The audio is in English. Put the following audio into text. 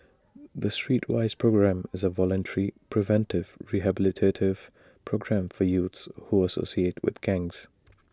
the Streetwise programme is A voluntary preventive rehabilitative programme for youths who associate with gangs